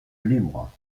libres